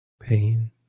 pain